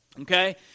Okay